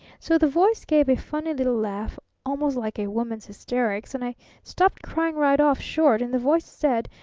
so the voice gave a funny little laugh almost like a woman's hysterics, and i stopped crying right off short, and the voice said,